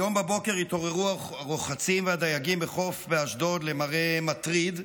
היום בבוקר התעוררו הרוחצים והדייגים בחוף באשדוד למראה מטריד,